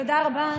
תודה רבה.